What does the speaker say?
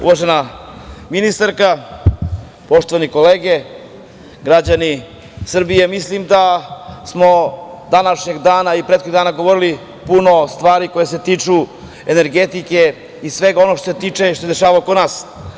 Uvažena ministarka, poštovane kolege, građani Srbije, mislim da smo današnjeg dana i prethodnih dana govorili puno stvari koje se tiču energetike i svega onoga što se tiče i što se dešavalo oko nas.